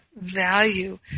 value